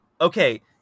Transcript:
okay